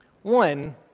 One